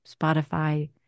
Spotify